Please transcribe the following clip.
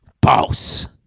Boss